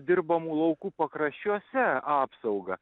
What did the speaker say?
dirbamų laukų pakraščiuose apsauga